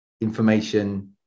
information